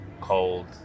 cold